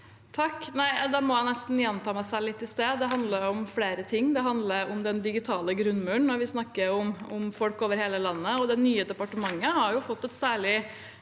Da må jeg nesten gjenta meg selv litt fra i sted. Det handler om flere ting. Det handler om den digitale grunnmuren når vi snakker om folk over hele landet. Det nye departementet har fått et særlig